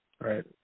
Right